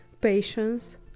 patience